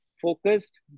Focused